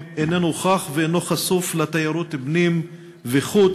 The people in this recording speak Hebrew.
אינו נוכח ואינו חשוף לתיירות פנים וחוץ.